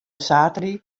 saterdei